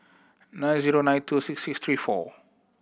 nine zero nine two six six three four